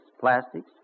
plastics